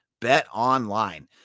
BetOnline